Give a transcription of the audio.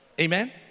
Amen